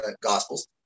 gospels